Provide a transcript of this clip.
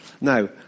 Now